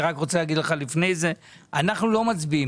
אני רוצה להגיד לך שאנחנו היום לא מצביעים.